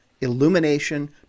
illumination